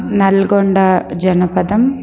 नल्गोण्डाजनपदं